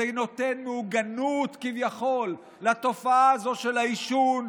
זה נותן מהוגנות, כביכול, לתופעה של העישון.